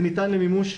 זה ניתן למימוש,